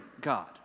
God